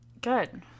Good